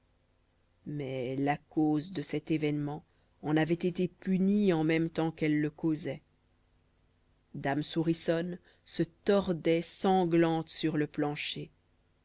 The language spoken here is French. mais la cause de cet événement en avait été punie en même temps qu'elle le causait dame souriçonne se tordait sanglante sur le plancher